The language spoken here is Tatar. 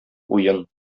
уен